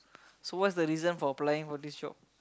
so what's the reason for applying for this job